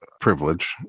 privilege